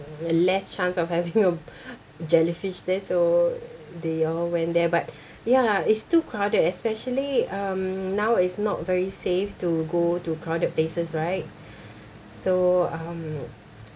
mm a less chance of having a jellyfish there so they all went there but ya it's too crowded especially um now is not very safe to go to crowded places right so um